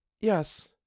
Yes